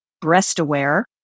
breast-aware